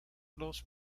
los